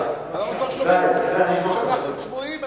ואנחנו כבר שומעים שאנחנו צבועים,